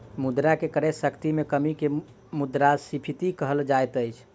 मुद्रा के क्रय शक्ति में कमी के मुद्रास्फीति कहल जाइत अछि